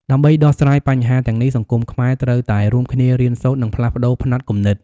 ដើម្បីដោះស្រាយបញ្ហាទាំងនេះ សង្គមខ្មែរត្រូវតែរួមគ្នារៀនសូត្រ និងផ្លាស់ប្ដូរផ្នត់គំនិត។